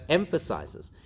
emphasizes